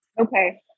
Okay